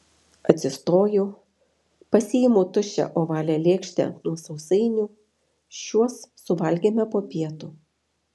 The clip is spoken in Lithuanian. atsistoju pasiimu tuščią ovalią lėkštę nuo sausainių šiuos suvalgėme po pietų